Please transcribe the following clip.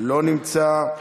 לא נמצא.